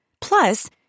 Plus